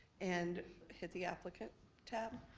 and, hit the applicant tab.